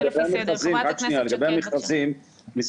לגבי המכרזים,